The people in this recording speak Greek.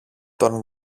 τον